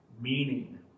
meaning